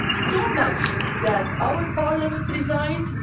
so much that our parliament resigned,